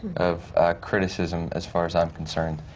of criticism, as far as i'm concerned,